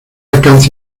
alcance